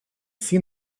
seen